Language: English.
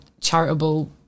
charitable